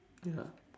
ya